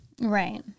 Right